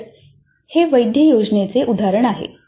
तर हे वैध योजनेचे उदाहरण आहे